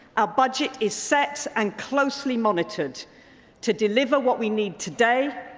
our budget is set and closely monitored to deliver what we need today,